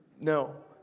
no